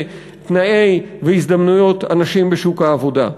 תנאי והזדמנויות אנשים בשוק העבודה.